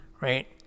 Right